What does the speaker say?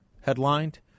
headlined